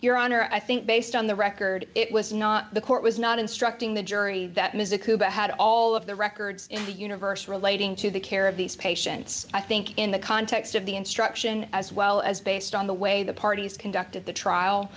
your honor i think based on the record it was not the court was not instructing the jury that music quba had all of the records in the universe relating to the care of these patients i think in the context of the instruction as well as based on the way the parties conducted the trial